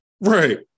Right